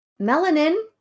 melanin